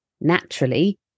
naturally